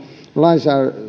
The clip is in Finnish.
lain